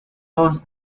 else